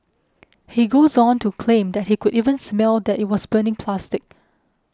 he goes on to claim that he could even smell that it was burning plastic